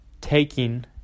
taking